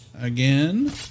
again